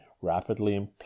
rapidly